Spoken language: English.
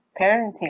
parenting